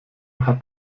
hat